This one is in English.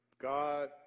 God